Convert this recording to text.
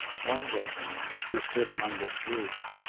one gentleman who stood among this group,